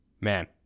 Man